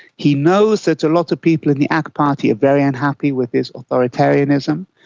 he knows that a lot of people in the ak party are very unhappy with his authoritarianism,